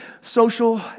social